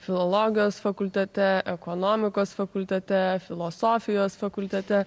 filologijos fakultete ekonomikos fakultete filosofijos fakultete